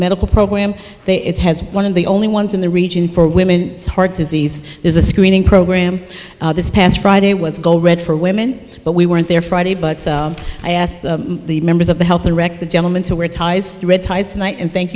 medical program it's has one of the only ones in the region for women's heart disease there's a screening program this past friday was go read for women but we weren't there friday but i asked the members of the health and rec the gentleman to wear ties and thank